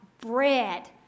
bread